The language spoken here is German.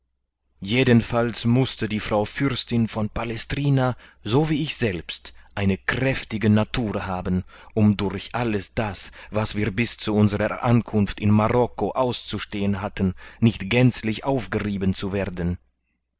jedenfalls mußte die frau fürstin von palestrina so wie ich selbst eine kräftige natur haben um durch alles das was wir bis zu unserer ankunft in marokko auszustehen hatten nicht gänzlich aufgerieben zu werden